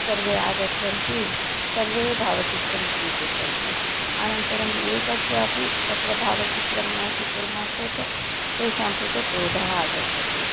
सर्वे आगच्छन्ति सर्वे भावचित्रं स्वीकुर्वन्ति अनन्तरम् एकस्यापि तत्र भावचित्रं न स्वीकुर्मः चेत् तेषां कृते क्रोधः आगच्छति